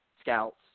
scouts